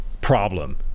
problem